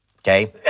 okay